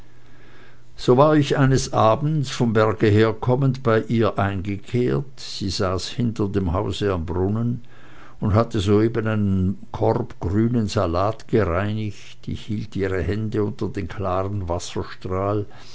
so war ich eines abends vom berge kommend bei ihr eingekehrt sie saß hinter dem hause am brunnen und hatte soeben einen korb grünen salat gereinigt ich hielt ihre hände unter den klaren wasserstrahl